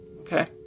Okay